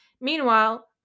Meanwhile